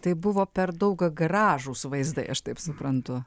tai buvo per daug gražūs vaizdai aš taip suprantu